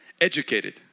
educated